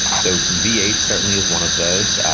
so v eight certainly is one of those.